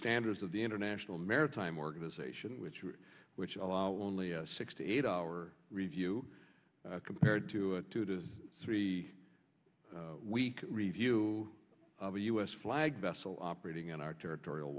standards of the international maritime organization which which allow only six to eight hour review compared to a two to three week review of the u s flagged vessel operating in our territorial